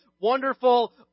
wonderful